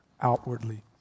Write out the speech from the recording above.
outwardly